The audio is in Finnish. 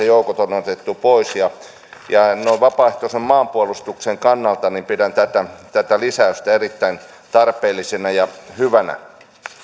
joukot on otettu pois vapaaehtoisen maanpuolustuksen kannalta pidän tätä lisäystä erittäin tarpeellisena ja hyvänä